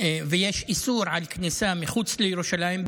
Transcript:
ויש איסור כניסה מחוץ לירושלים,